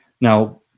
Now